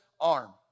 arm